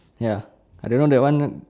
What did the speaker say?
ya I don't know that one